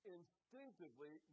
instinctively